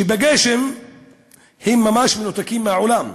ובגשם הם ממש מנותקים מהעולם.